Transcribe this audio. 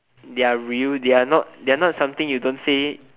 they're real they're not they're not something you don't say it